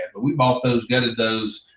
and but we bought those, get at those,